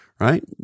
Right